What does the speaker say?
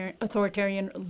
authoritarian